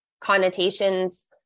connotations